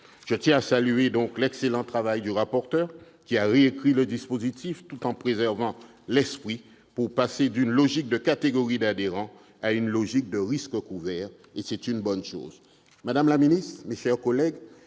Je tiens à saluer l'excellent travail du rapporteur, qui a réécrit le dispositif tout en préservant son esprit. Il permettra de passer d'une logique de catégories d'adhérents à une logique de risques couverts. C'est une bonne chose.